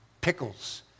pickles